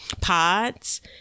pods